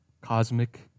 cosmic